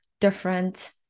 different